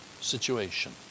situation